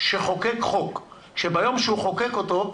שחוקק חוק שביום שהוא חוקק אותו,